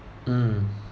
mm